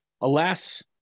Alas